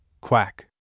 Quack